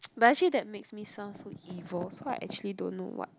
but actually that makes me sound so evil so I actually don't know what